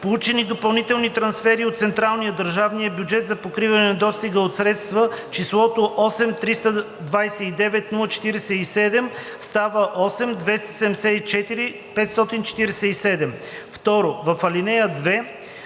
Получени допълнителни трансфери от централния/държавния бюджет за покриване на недостига от средства“ числото „8 329 047,0“ става „8 274 547,0“. 2. В ал. 2: